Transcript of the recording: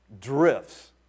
drifts